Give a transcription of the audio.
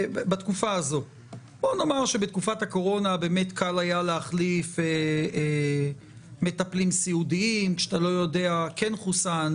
קל היה להחליף מטפלים סיעודיים אפילו שלא ידעת אם כן חוסן,